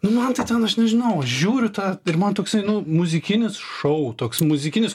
nu man tai ten aš nežinau žiūriu tą ir man toksai nu muzikinis šou toks muzikinis